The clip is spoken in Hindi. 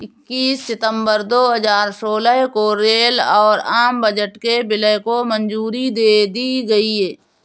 इक्कीस सितंबर दो हजार सोलह को रेल और आम बजट के विलय को मंजूरी दे दी गयी